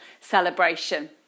celebration